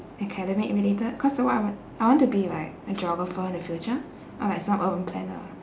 academic related cause the what I want I want to be like a geographer in the future uh like some urban planner